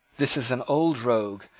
this is an old rogue,